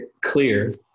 clear